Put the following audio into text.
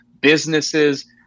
businesses